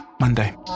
monday